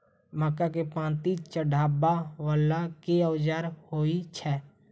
मक्का केँ पांति चढ़ाबा वला केँ औजार होइ छैय?